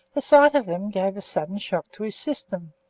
the sight of them gave a sudden shock to his system.